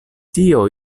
tio